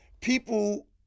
People